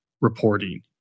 reporting